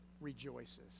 rejoices